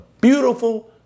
beautiful